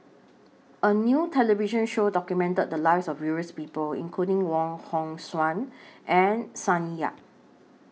A New television Show documented The Lives of various People including Wong Hong Suen and Sonny Yap